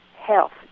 health